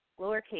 lowercase